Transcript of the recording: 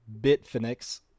Bitfinex